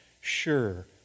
sure